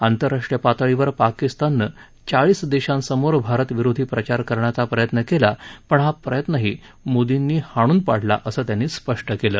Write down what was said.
आंतरराष्ट्रीय पातळीवर पाकिस्तानने चाळीस देशासमोर भारतविरोधी प्रचार करण्याचा प्रयत्न केला पण हा प्रयत्नही मोदींनी हाणून पाडला असं त्यांनी स्पष्ट केल